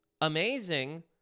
amazing